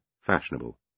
fashionable